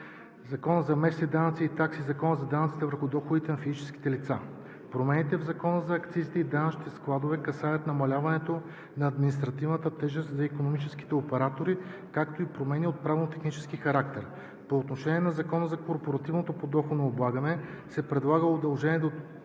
Закона за местните данъци и такси, Закона за данъците върху доходите на физическите лица. Промените в Закона за акцизите и данъчните складове касаят намаляване на административната тежест за икономическите оператори, както и промени от правно-технически характер. По отношение на Закона за корпоративното подоходно облагане се предлага удължаване до